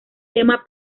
tema